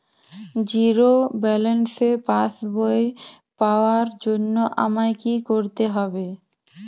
Zero ব্যালেন্সের পাসবই পাওয়ার জন্য আমায় কী করতে হবে?